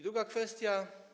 Druga kwestia.